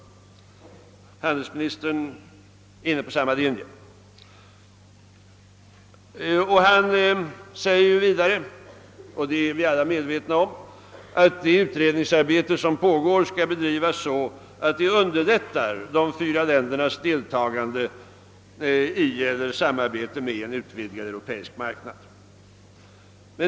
Handelsministern är inne på samma linje. Han säger vidare — och det är vi alla medvetna om — att det utredningsarbete som pågår skall bedrivas så att det underlättar de fyra ländernas deltagande i eller samarbete med en utvidgad europeisk marknad.